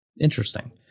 interesting